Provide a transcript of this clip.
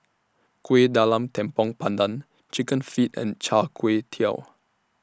Kuih Talam Tepong Pandan Chicken Feet and Char Kway Teow